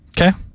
Okay